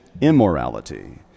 immorality